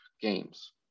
games